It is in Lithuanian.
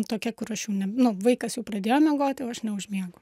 tokia kur aš jau ne nu vaikas jau pradėjo miegoti o aš neužmiegu